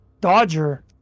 Dodger